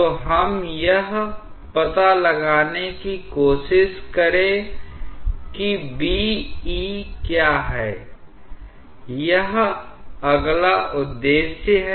तो हम यह पता लगाने की कोशिश करें कि B' E' क्या है यह अगला उद्देश्य है